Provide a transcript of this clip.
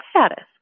status